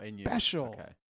special